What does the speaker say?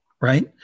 right